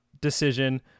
decision